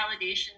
validation